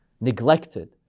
neglected